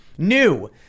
New